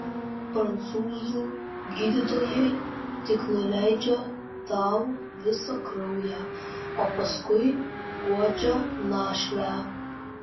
prancūzų gydytojai tik nuleidžia tau visą kraują o paskui guodžia našlę